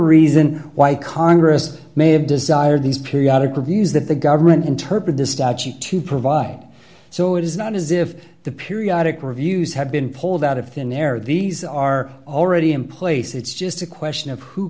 reason why congress may have desired these periodic reviews that the government interpret the statute to provide so it is not as if the periodic reviews have been pulled out of thin air these are already in place it's just a question of who